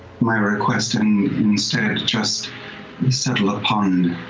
my request and instead just settle upon,